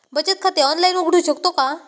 बचत खाते ऑनलाइन उघडू शकतो का?